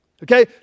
Okay